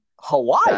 Hawaii